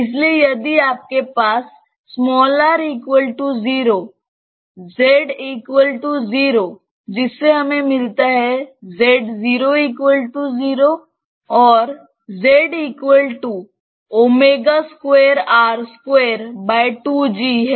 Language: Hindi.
इसलिए यदि आपके पास r 0 z 0 है